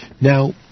Now